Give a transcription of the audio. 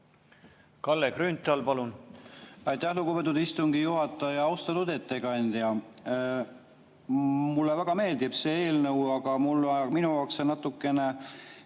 Kalle Grünthal, palun!